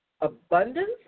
abundance